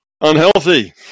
unhealthy